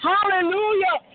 Hallelujah